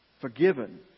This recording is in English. forgiven